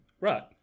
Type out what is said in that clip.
Right